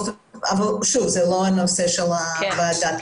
שוב, זה לא הנושא של הוועדה.